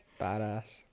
badass